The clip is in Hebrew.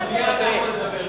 באונייה אתה יכול לדבר.